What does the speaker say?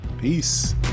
peace